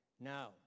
Now